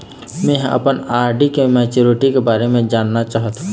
में ह अपन आर.डी के मैच्युरिटी के बारे में जानना चाहथों